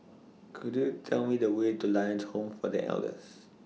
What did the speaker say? Could YOU Tell Me The Way to Lions Home For The Elders